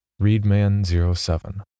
Readman07